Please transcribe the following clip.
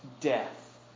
death